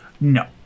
No